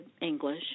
English